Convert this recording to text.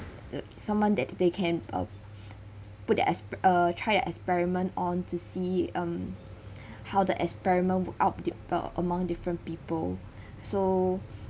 uh someone that they can uh put their expe~ uh try their experiment on to see um how the experiment work out di~ uh among different people so